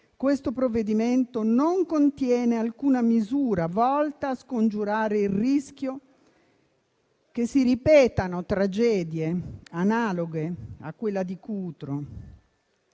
il provvedimento in esame non contiene alcuna misura volta a scongiurare il rischio che si ripetano tragedie analoghe a quella di Cutro.